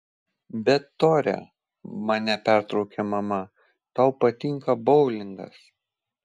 bet tore mane pertraukė mama tau patinka boulingas